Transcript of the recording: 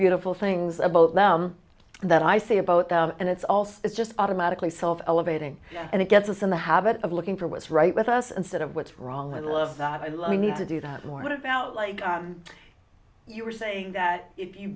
beautiful things about them that i say a about and it's also it's just automatically self elevating and it gets us in the habit of looking for what's right with us instead of what's wrong with the love that i love you need to do that more about like you were saying that if you